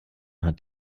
hat